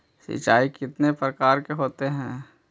सिंचाई कितने प्रकार के होते हैं?